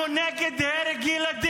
אנחנו נגד שפיכות דמים, אנחנו נגד הרג ילדים,